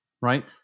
right